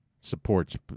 Supports